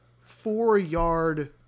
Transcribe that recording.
four-yard